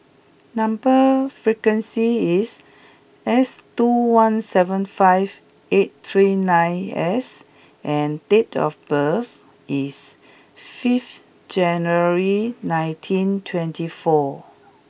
number sequence is S two one seven five eight three nine S and date of birth is fifth January nineteen twenty four